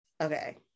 Okay